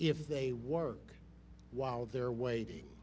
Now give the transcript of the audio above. if they work while they're waiting